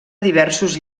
diversos